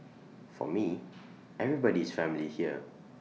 for me everybody is family here